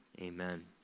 Amen